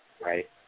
Right